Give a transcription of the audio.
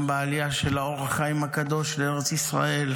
גם בעלייה של האור החיים הקדוש לארץ ישראל,